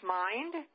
mind